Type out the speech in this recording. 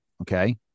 Okay